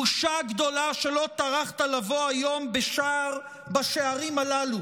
בושה גדולה שלא טרחת לבוא היום בשערים הללו